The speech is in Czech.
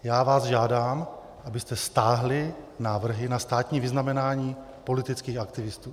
Já vás žádám, abyste stáhli návrhy na státní vyznamenání politických aktivistů.